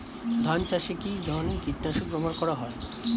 ধান চাষে কী ধরনের কীট নাশক ব্যাবহার করা হয়?